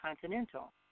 Continental